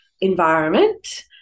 environment